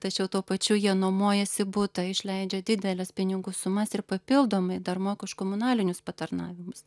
tačiau tuo pačiu jie nuomojasi butą išleidžia dideles pinigų sumas ir papildomai dar moka už komunalinius patarnavimus